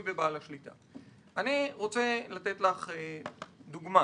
אני רוצה לתת לך דוגמה